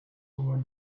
over